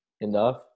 enough